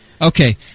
Okay